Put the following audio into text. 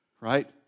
right